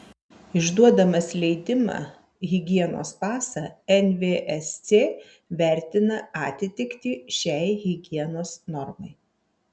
išduodamas leidimą higienos pasą nvsc vertina atitiktį šiai higienos normai